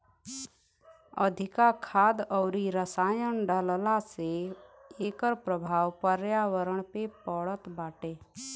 अधिका खाद अउरी रसायन डालला से एकर प्रभाव पर्यावरण पे पड़त बाटे